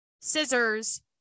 scissors